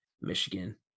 Michigan